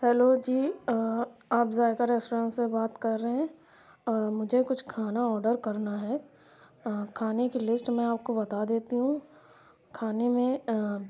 hello جی آپ Zaiqa restaurant سے بات کر رہے ہیں مجھے کچھ کھانا آڈر کرنا ہے کھانے کی لسٹ میں آپ کو بتا دیتی ہوں کھانے میں